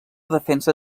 defensa